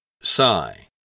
Sigh